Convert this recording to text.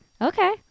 Okay